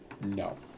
no